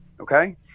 Okay